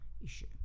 issue